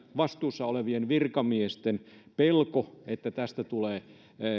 vastuussa olevien virkamiesten pelko että